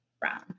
brown